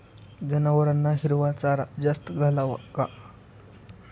जनावरांना हिरवा चारा जास्त घालावा का?